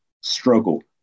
struggle